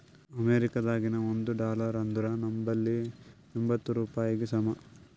ಅಮೇರಿಕಾದಾಗಿನ ಒಂದ್ ಡಾಲರ್ ಅಂದುರ್ ನಂಬಲ್ಲಿ ಎಂಬತ್ತ್ ರೂಪಾಯಿಗಿ ಸಮ